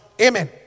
Amen